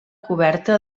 coberta